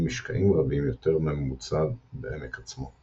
משקעים רבים יותר מהממוצע בעמק עצמו.